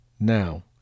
now